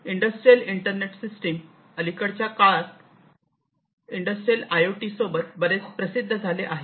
industrial internet system अलीकडच्या काळात industrial I O T सोबत बरेच प्रसिद्ध झाले आहे